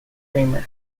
kramer